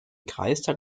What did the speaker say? kreistag